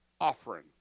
offering